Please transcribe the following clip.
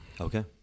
Okay